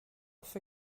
för